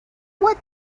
what